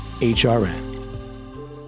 h-r-n